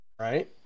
right